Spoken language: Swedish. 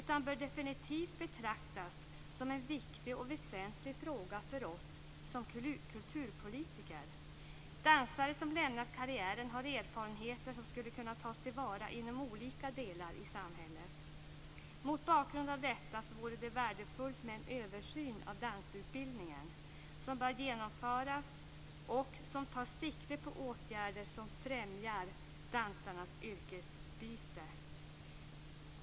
Den bör definitivt betraktas som en viktig och väsentlig fråga för oss som kulturpolitiker. Dansare som lämnat karriären har erfarenheter som skulle kunna tas till vara inom olika delar av samhället. Mot bakgrund av detta vore det värdefullt om en översyn av dansutbildningen kunde genomföras som tar sikte på åtgärder som främjar dansarnas yrkesbyte.